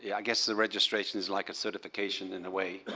yeah guess the registration is like a certification in a way.